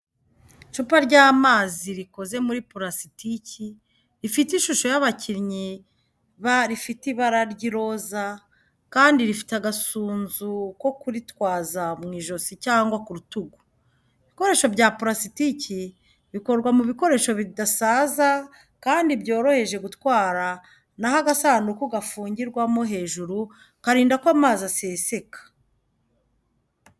Icupa ry’amazi rikoze muri purasitiki rifite ishusho y’abakinnyi ba rifite ibara ry'iroza kandi rifite agasunzu ko kuritwaza mu ijosi cyangwa ku rutugu. Ibikoresho bya purasitiki bikorwa mu bikoresho bidasaza kandi byoroheje gutwara na ho agasanduku gafungirwamo hejuru karinda ko amazi aseseka.